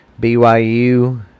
BYU